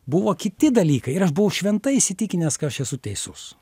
buvo kiti dalykai ir aš buvau šventai įsitikinęs kad aš esu teisus